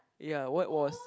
ya what was